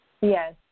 Yes